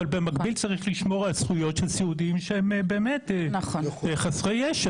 אבל במקביל צריך לשמור על הזכויות של הסיעודיים שהם באמת חסרי ישע.